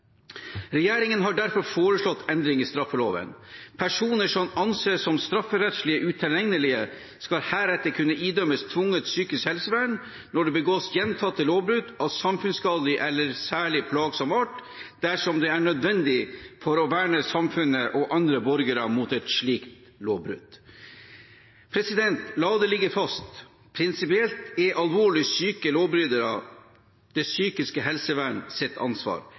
Regjeringen har derfor foreslått endring i straffeloven. Personer som anses som strafferettslig utilregnelige, skal heretter kunne idømmes tvunget psykisk helsevern når det begås gjentatte lovbrudd av samfunnsskadelig eller særlig plagsom art dersom det er nødvendig for å verne samfunnet og andre borgere mot et slikt lovbrudd. La det ligge fast: Prinsipielt er alvorlig syke lovbrytere det psykiske helsevernets ansvar.